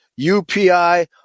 UPI